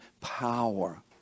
power